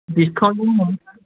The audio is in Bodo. डिसकाउन्ट मोनगोन ना मोना